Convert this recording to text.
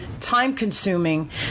time-consuming